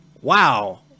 wow